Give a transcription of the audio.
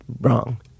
wrong